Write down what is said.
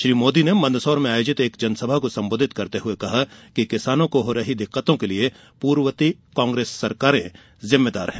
श्री मोदी ने मंदसौर में आयोजित एक जनसभा को संबोधित करते हुये कहा कि किसानों को हो रही दिक्कतों के लिये पूर्ववर्ती कांग्रेस सरकार की नीतियां जिम्मेदार हैं